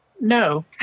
no